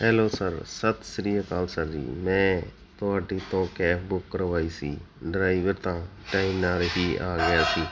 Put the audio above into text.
hello sir ਸਤਿ ਸ਼੍ਰੀ ਅਕਾਲ ਸਰ ਜੀ ਮੈਂ ਤੁਹਾਡੇ ਤੋਂ ਕੈਬ ਬੁੱਕ ਕਰਵਾਈ ਸੀ ਡਰਾਇਵਰ ਤਾਂ ਟਾਇਮ ਨਾਲ ਹੀ ਆ ਗਿਆ ਸੀ